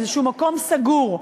איזשהו מקום סגור,